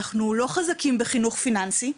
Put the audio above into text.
אנחנו לא חזקים בחינוך פיננסי,